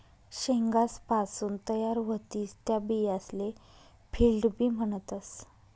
शेंगासपासून तयार व्हतीस त्या बियासले फील्ड बी म्हणतस